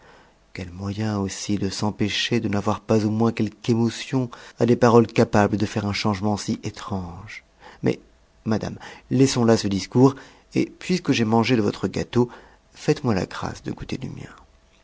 quel moyen aussi de s'empêcher de n'avoir pas au moins quelque émotion à des paroles capables de faire un changement si étrange mais madame laissons à ce discours et puisque j'ai mangé de votre gâteau faites-moi la grâce de goûter du mien